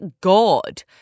God